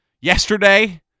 Yesterday